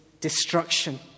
destruction